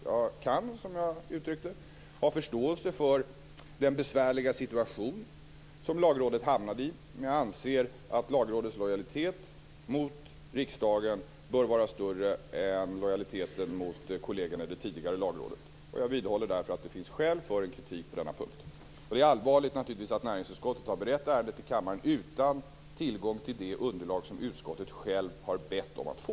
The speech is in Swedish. Jag kan, som jag uttryckte det, ha förståelse för den besvärliga situation som Lagrådet hamnade i, men jag anser att Lagrådets lojalitet mot riksdagen bör vara större än lojaliteten mot kollegerna i det tidigare Lagrådet. Jag vidhåller därför att det finns skäl för kritik på denna punkt. Det är naturligtvis allvarligt att näringsutskottet har berett ärendet i kammaren utan tillgång till det underlag som utskottet självt har bett att få.